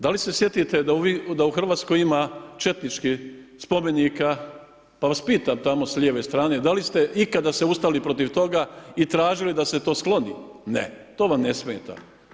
Da li se sjetite da u Hrvatskoj ima četničkih spomenika, pa vas pitam tamo s lijeve stane, da li ste ikada se ustali protiv toga i tražili da se to skloni, ne, to vam ne smeta.